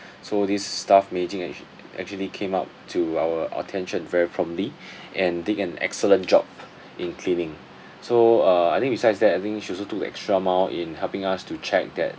so this staff mei jing act~ actually came up to our attention very promptly and did an excellent job in cleaning so uh I think besides that I think she also do the extra mile in helping us to check that